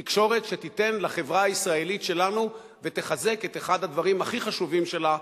תקשורת שתיתן לחברה הישראלית שלנו ותחזק את אחד הדברים הכי חשובים שלה,